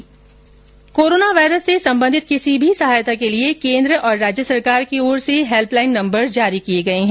श्रोता corona virus से संबंधित किसी भी सहायता के लिए केन्द्र और राज्य की ओर से हेल्प लाइन नम्बर जारी किए गए है